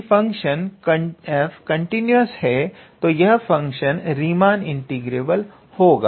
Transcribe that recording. और यदि function f continuous है तो यह फंक्शन रीमान इंटीग्रेबल होगा